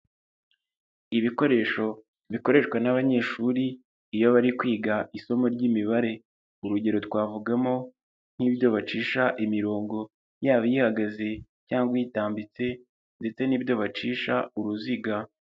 Ibikoresho bikoreshwa n'abanyeshuri iyo bari kwiga isomo ry'imibare. Urugero twavugamo nk'ibyo bacisha imirongo yaba ihagaze cyangwa itambitse ndetse n'ibyo bacisha uruziga.